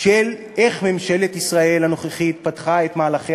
של איך ממשלת ישראל הנוכחית פתחה את מהלכיה